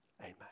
Amen